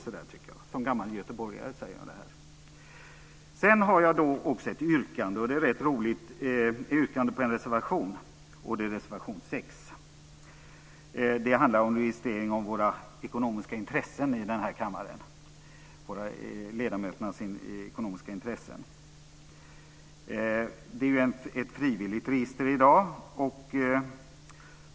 Det säger jag som gammal göteborgare. Sedan har jag också ett yrkande på en reservation. Det gäller reservation 6. Den handlar om registrering av ledamöternas ekonomiska intressen. I dag är det ett frivilligt register.